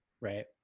right